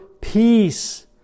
peace